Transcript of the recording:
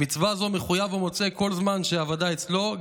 במצווה זו מחויב המוצא כל זמן שהאבדה אצלו,